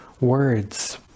words